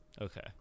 okay